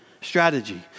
strategy